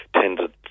tended